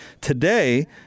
today